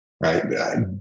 right